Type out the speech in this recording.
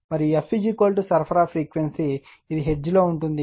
మరియు f సరఫరా frequency ఇది హెర్ట్జ్లో ఉంటుంది